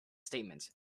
statement